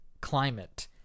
climate